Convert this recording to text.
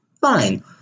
fine